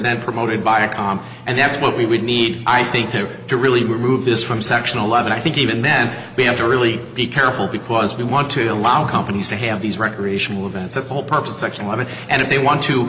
then promoted by a comp and that's what we would need i think to to really remove this from section eleven i think even then we have to really be careful because we want to allow companies to have these recreational events that whole purpose actually want to and if they want to